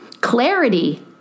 clarity